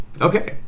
okay